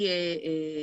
לפי שם, גיל, מספר זהות.